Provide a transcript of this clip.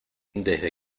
desde